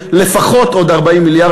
לפחות עוד 40 מיליארד,